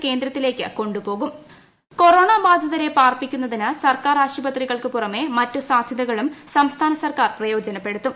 Covid പാർപ്പിടം corona ബാധിതരെ പാർപ്പിക്കുന്നതിന് സർക്കാർ ആശുപത്രികൾക്ക് പുറമെ മറ്റു സാധ്യത്കളും സംസ്ഥാന സർക്കാർ പ്രയോജനപ്പെടുത്തും